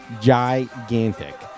Gigantic